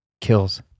kills